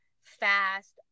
fast